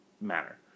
matter